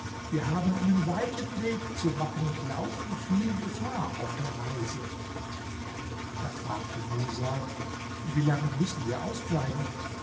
wir haben einen weiten weg zu machen und laufen viel gefahr auf der reise da fragte musa wie lange müssen wir ausbleiben